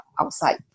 outside